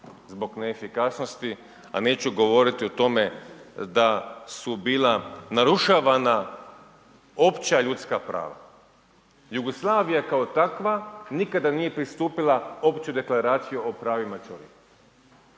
zbog neefikasnosti. A neću govoriti o tome da su bila narušavana opća ljudska prava. Jugoslavija kao takva, nikada nije pristupila Opću deklaraciju o pravima čovjeka.